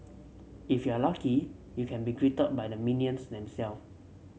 if you're lucky you can be greeted by the minions